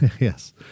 yes